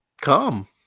come